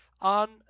on